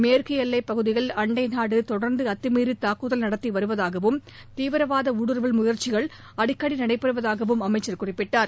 மேற்கு எல்லைப் பகுதியில் அண்டை நாடு தொடர்ந்து அத்துமீறி தாக்குதல் நடத்தி வருவதாகவும் தீவிரவாத ஊடுருவல் முயற்சிகள் அடிக்கடி நடைபெறுவதாகவும் அமைச்சர் கூறினார்